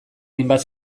hainbat